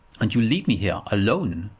and you leave me here, alone!